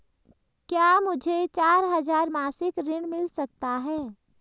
क्या मुझे चार हजार मासिक ऋण मिल सकता है?